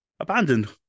Abandoned